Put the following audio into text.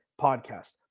podcast